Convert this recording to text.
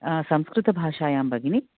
संस्कृतभाषायां भगिनि